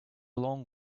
long